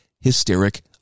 hysteric